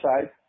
side